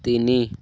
ତିନି